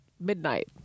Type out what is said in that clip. Midnight